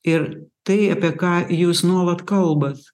ir tai apie ką jūs nuolat kalbat